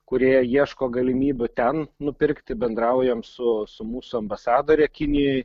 kūrie ieško galimybių ten nupirkti bendraujam su su mūsų ambasadore kinijoj